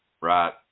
Right